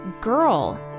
girl